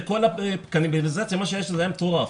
זה כל התקנים --- זה היה מטורף.